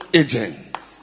agents